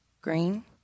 Green